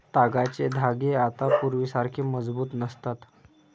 तागाचे धागे आता पूर्वीसारखे मजबूत नसतात